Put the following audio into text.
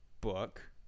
book